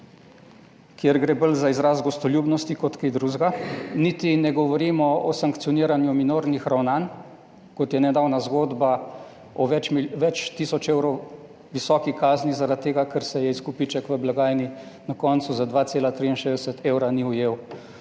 kjer gre bolj za izraz gostoljubnosti kot kaj drugega, niti ne govorimo o sankcioniranju minornih ravnanj kot je nedavna zgodba o več tisoč evrov visoki kazni zaradi tega, ker se je izkupiček v blagajni na koncu za 2,63 evra ni ujel